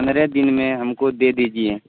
پندرہ دن میں ہم کو دے دیجیے